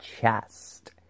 chest